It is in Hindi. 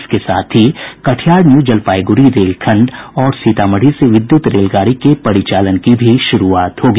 इसके साथ ही कटिहार न्यू जलपाईगुड़ी रेलखंड और सीतामढ़ी से विद्युत रेलगाड़ी के परिचालन की भी शुरूआत होगी